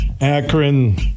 Akron